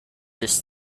this